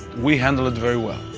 we handled it very well.